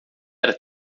era